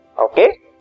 okay